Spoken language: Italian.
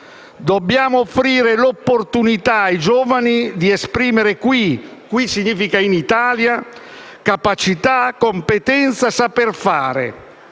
«Dobbiamo offrire l'opportunità ai giovani di esprimere qui (ossia in Italia) capacità, competenza e saper fare».